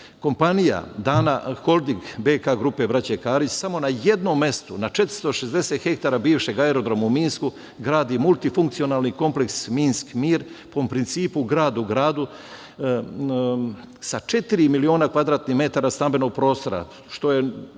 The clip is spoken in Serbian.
Kompanija holding "BK grupe - Braća Karić" samo na jednom mestu na 460 hektara bivšeg aerodroma u Minsku gradi multifunkcionalni kompleks "Minsk-MIR" po principu "grad u gradu", sa četiri miliona kvadratnih metara stambenog prostora, što je